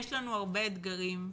יש לנו הרבה אתגרים,